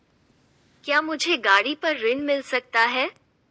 क्या मुझे गाड़ी पर ऋण मिल सकता है?